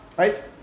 Right